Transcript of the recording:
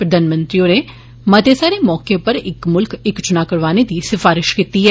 प्रधानमंत्री होरें मते सारे मौके उप्पर इक मुल्ख इक चुना करवाने दी सिफारिष कीती ऐ